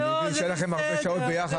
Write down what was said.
אני מבין שיהיו לכם הרבה שעות יחד.